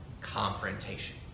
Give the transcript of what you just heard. confrontation